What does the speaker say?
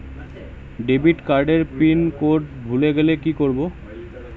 Debit card এর pin code ভুলে গেলে কি করব?